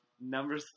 Number